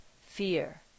fear